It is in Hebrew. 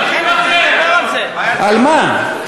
על מה?